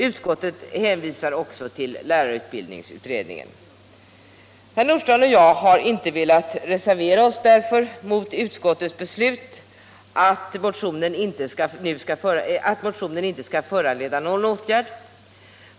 Utskottet hänvisar också till lärarutbildningsutredningen. Herr Nordstrandh och jag har inte velat reservera oss mot utskottets beslut att motionen inte skall föranleda någon åtgärd.